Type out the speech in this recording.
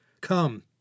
Come